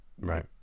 Right